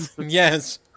Yes